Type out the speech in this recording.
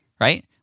right